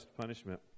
punishment